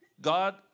God